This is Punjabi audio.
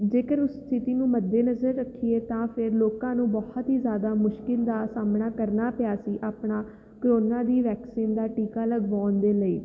ਜੇਕਰ ਉਸ ਸਥਿਤੀ ਨੂੰ ਮੱਦੇ ਨਜ਼ਰ ਰੱਖੀਏ ਤਾਂ ਫਿਰ ਲੋਕਾਂ ਨੂੰ ਬਹੁਤ ਹੀ ਜ਼ਿਆਦਾ ਮੁਸ਼ਕਲ ਦਾ ਸਾਹਮਣਾ ਕਰਨਾ ਪਿਆ ਸੀ ਆਪਣਾ ਕਰੋਨਾ ਦੀ ਵੈਕਸੀਨ ਦਾ ਟੀਕਾ ਲਗਵਾਉਣ ਦੇ ਲਈ